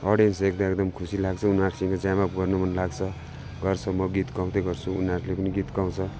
audience देख्दा एकदम खुसी लाग्छ उनारूसँग ज्यामअप गर्नु मन लाग्छ गर्छु म गीत गाउँदै गर्छु उनीहरूले पनि गीत गाउँछ